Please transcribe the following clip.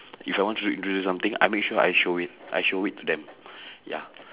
if I want to introduce something I make sure I show it I show it to them ya